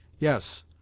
yes